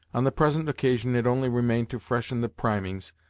on the present occasion it only remained to freshen the primings,